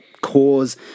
cause